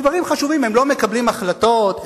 בדברים חשובים הם לא מקבלים החלטות,